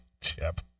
Chip